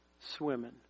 swimming